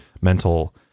mental